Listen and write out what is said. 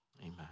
amen